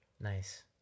Nice